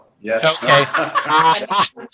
Yes